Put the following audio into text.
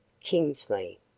Kingsley